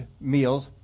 meals